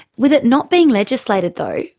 with it not being legislated though,